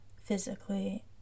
physically